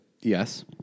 Yes